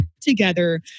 together